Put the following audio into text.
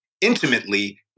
intimately